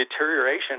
deterioration